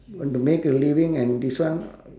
want to make a living and this one